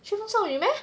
旋风少女 meh